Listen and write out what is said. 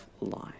life